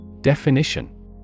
Definition